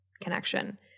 connection